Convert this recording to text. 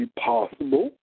possible